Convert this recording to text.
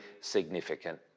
significant